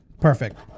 Perfect